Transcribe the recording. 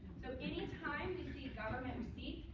so any time you see government receipts,